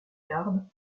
garde